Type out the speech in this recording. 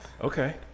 Okay